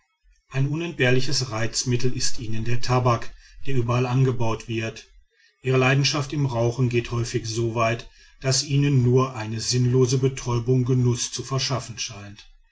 ein unentbehrliches reizmittel ist ihnen der tabak der überall angebaut wird ihre leidenschaft im rauchen geht häufig soweit daß ihnen nur eine sinnlose betäubung genuß zu verschaffen scheint